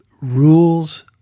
Rules